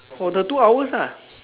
for the two hours ah